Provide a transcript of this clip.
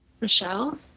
Michelle